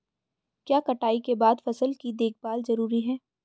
क्या कटाई के बाद फसल की देखभाल जरूरी है?